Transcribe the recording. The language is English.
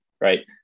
Right